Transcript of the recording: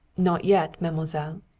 not yet, mademoiselle.